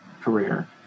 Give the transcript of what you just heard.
career